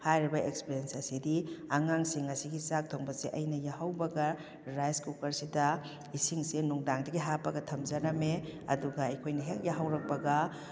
ꯍꯥꯏꯔꯤꯕ ꯑꯦꯛꯁꯄꯔꯤꯌꯦꯟꯁ ꯑꯁꯤꯗꯤ ꯑꯉꯥꯡꯁꯤꯡ ꯑꯁꯤꯒꯤ ꯆꯥꯛ ꯊꯣꯡꯕꯁꯦ ꯑꯩꯅ ꯌꯥꯍꯧꯕꯒ ꯔꯥꯏꯁ ꯀꯨꯀꯔꯁꯤꯗ ꯏꯁꯤꯡꯁꯤ ꯅꯨꯡꯗꯥꯡꯗꯒꯤ ꯍꯥꯞꯄꯒ ꯊꯝꯖꯔꯝꯃꯦ ꯑꯗꯨꯒ ꯑꯩꯈꯣꯏꯅ ꯍꯦꯛ ꯌꯥꯍꯧꯔꯛꯄꯒ